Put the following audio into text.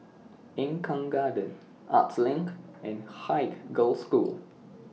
Eng Kong Garden Arts LINK and Haig Girls' School